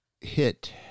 hit